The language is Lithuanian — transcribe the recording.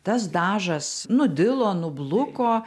tas dažas nudilo nubluko